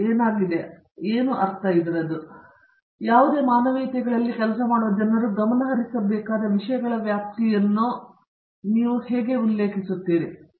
ನಾನು ಅರ್ಥೈಸುವೆಂದರೆ ಯಾವುದೇ ಮಾನವೀಯತೆಗಳಲ್ಲಿ ಕೆಲಸ ಮಾಡುವ ಜನರು ಗಮನಹರಿಸಬೇಕಾದ ವಿಷಯಗಳ ವ್ಯಾಪ್ತಿಯನ್ನು ನೀವು ಭಾವಿಸುವ ವಿಷಯಗಳ ಸಂಗ್ರಹವೇನು